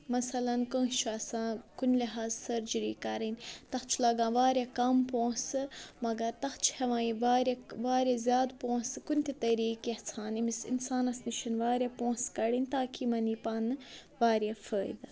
مثَلاً کٲنٛسہِ چھُ آسان کُنہِ لِہٰذ سٔرجِری کَرٕنۍ تَتھ چھُ لگان واریاہ کم پونٛسہٕ مگر تَتھ چھِ ہٮ۪وان یہِ واریاہ واریاہ زیادٕ پونٛسہٕ کُنہِ تہِ طریقہٕ یَژھان أمِس اِنسانَس نِش چھِنہٕ واریاہ پونٛسہٕ کَڑٕنۍ تاکہِ یِمَن یی پانہٕ واریاہ فٲیِدٕ